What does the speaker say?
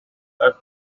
earth